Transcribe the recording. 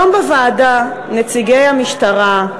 היום בוועדה נציגי המשטרה,